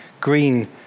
Green